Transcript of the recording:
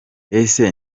ese